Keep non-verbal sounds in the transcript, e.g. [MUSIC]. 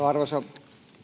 [UNINTELLIGIBLE] arvoisa